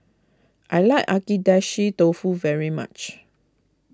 I like Agedashi Dofu very much